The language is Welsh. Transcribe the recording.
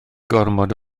gormod